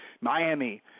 Miami